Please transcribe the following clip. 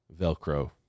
Velcro